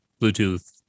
Bluetooth